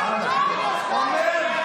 הוא אומר,